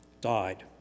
died